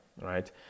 right